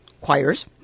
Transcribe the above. choirs